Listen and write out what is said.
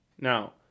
Now